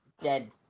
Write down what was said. dead